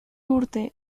urte